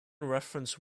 reference